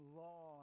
law